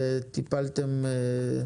וטיפלתם.